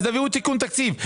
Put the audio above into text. אז תביאו תיקון תקציב.